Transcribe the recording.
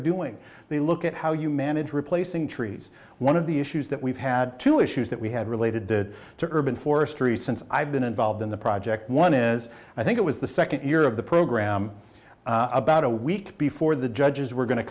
doing they look at how you manage replacing trees one of the issues that we've had two issues that we had related to the urban forestry since i've been involved in the project one is i think it was the second year of the program about a week before the judges were going to